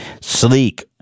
Sleek